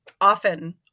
often